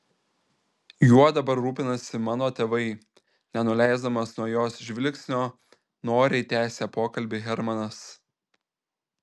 juo dabar rūpinasi mano tėvai nenuleisdamas nuo jos žvilgsnio noriai tęsė pokalbį hermanas